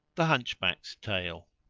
the hunchback's tale.